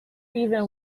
even